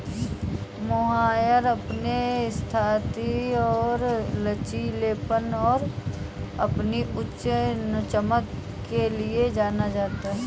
mohair अपने स्थायित्व और लचीलेपन और अपनी उच्च चमक के लिए जाना जाता है